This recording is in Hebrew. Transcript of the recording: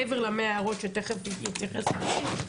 מעבר ל-100 ההערות שתיכף יתייחסו אליהן,